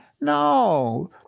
No